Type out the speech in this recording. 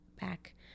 back